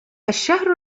الشهر